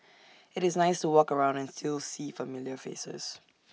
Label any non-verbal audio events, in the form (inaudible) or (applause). IT is nice to walk around and still see familiar faces (noise)